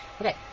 Okay